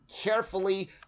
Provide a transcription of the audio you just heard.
carefully